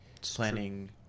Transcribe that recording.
planning